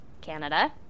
Canada